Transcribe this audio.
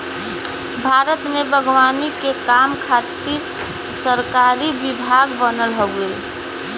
भारत में बागवानी के काम खातिर सरकारी विभाग बनल हउवे